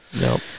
Nope